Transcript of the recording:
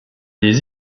les